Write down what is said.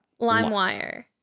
LimeWire